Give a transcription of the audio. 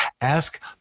ask